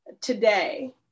today